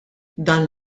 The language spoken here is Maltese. dan